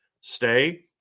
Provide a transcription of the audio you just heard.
Stay